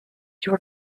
your